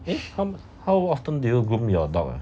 eh how how often do you groom your dog ah